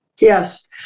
Yes